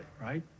right